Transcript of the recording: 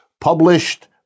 published